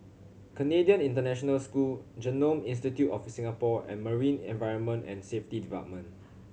Canadian International School Genome Institute of Singapore and Marine Environment and Safety Department